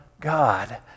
God